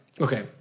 okay